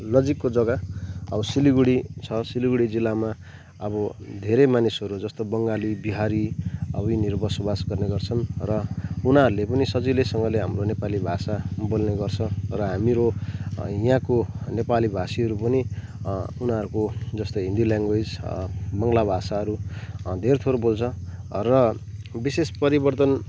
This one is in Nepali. नजिकको जग्गाअब सिलगढी छ सिलागढी जिल्लामा अब धेरै मानिसहरू जस्तो बङ्गाली बिहारी अब यिनीहरू बसोबास गर्ने गर्छन् र उनीहरूले पनि सजिलैसँगले हाम्रो नेपाली भाषा बोल्ने गर्छ र हामीहरू यहाँको नेपाली भाषीहरू पनि उनीहरूको जस्तै हिन्दी ल्याङ्ग्वेज बङ्गला भाषाहरू धेरथोर बोल्छ र विशेष परिवर्तन